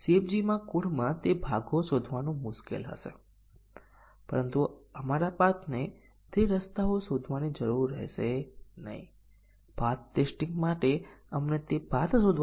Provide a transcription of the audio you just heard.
તેથી 1 3 1 વત્તા 3 અને 1 વત્તા 2 તેઓ a અને b નું સ્વતંત્ર મૂલ્યાંકન પ્રાપ્ત કરે છે